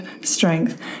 strength